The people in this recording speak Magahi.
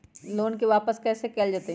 लोन के वापस कैसे कैल जतय?